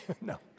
No